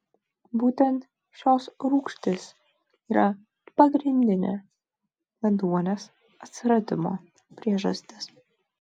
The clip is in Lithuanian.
būtent šios rūgštys yra pagrindinė ėduonies atsiradimo priežastis